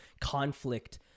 conflict